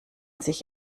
sich